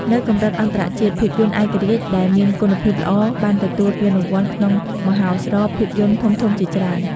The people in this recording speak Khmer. នៅកម្រិតអន្តរជាតិ ភាពយន្តឯករាជ្យដែលមានគុណភាពល្អបានទទួលពានរង្វាន់ក្នុងមហោស្រពភាពយន្តធំៗជាច្រើន។